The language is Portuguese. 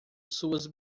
suas